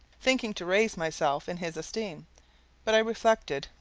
thinking to raise myself in his esteem but i reflected,